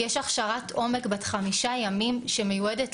יש הכשרת עומק בת חמישה ימים שמיועדת